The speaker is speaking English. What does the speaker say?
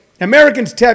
Americans